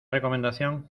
recomendación